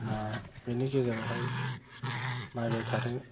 दा बेनि गेजेरावहाय नायबाय थादो